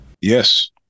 Yes